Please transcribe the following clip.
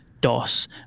DOS